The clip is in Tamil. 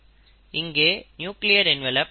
இங்கே நியூக்ளியர் என்வலப் மறையும்